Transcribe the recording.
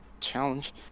challenge